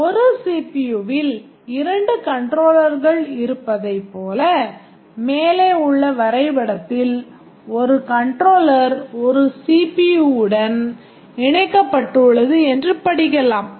ஒரு CPU வில் 2 கண்ட்ரோலர்கள் இருப்பதைப் போல மேலே உள்ள வரைபடத்தில் ஒரு கண்ட்ரோலர் 1 CPUவுடன் இணைக்கப்பட்டுள்ளது என்று படிக்கலாம்